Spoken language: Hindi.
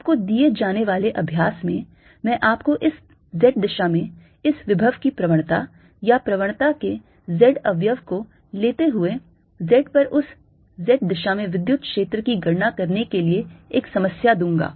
आपको दिए जाने वाले अभ्यास में मैं आपको इस z दिशा में इस विभव की प्रवणता या प्रवणता के z अवयव को लेते हुए z पर उस z दिशा में विद्युत क्षेत्र की गणना करने के लिए एक समस्या दूंगा